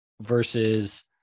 versus